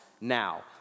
now